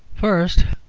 first,